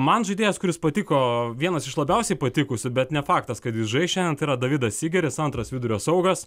man žaidėjas kuris patiko vienas iš labiausiai patikusių bet ne faktas kad jis žais šiandien tai yra davidas sigeris antras vidurio saugas